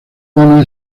juana